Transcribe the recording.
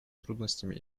трудностями